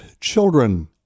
children